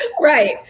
Right